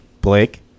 Blake